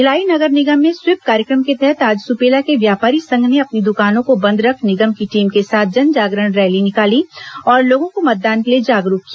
भिलाई नगर निगम में स्वीप कार्यक्रम के तहत आज सुपेला के व्यापारी संघ ने अपनी द्वकानों को बंद रख निगम की टीम के साथ जनजागरण रैली निकाली और लोगों को मतदान के लिए जागरूक किया